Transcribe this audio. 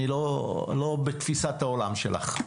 אני לא בתפיסת העולם שלך.